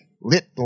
lit